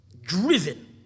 driven